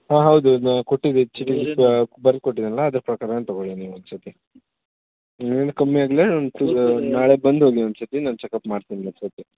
ಹಾಂ ಹೌದೌದು ಕೊಟ್ಟಿದೆ ಚೀಟಿ ಬರೆದು ಕೊಟ್ಟಿದ್ದೆನಲ್ಲ ಅದರ ಪ್ರಕಾರವೇ ತಗೊಳ್ಳಿ ನೀವೊಂದ್ಸತಿ ನಿಮಗಿನ್ನೂ ಕಮ್ಮಿಯಾಗಿಲ್ಲಾಂದ್ರೆ ನಾಳೆ ಬಂದು ಹೋಗಿ ಒನ್ ಸತಿ ನಾನು ಚೆಕಪ್ ಮಾಡ್ತೀನಿ ಇನ್ನೊಂದು ಸತಿ